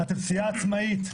אתם סיעה עצמאית.